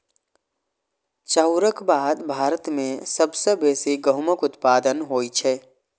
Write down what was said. चाउरक बाद भारत मे सबसं बेसी गहूमक उत्पादन होइ छै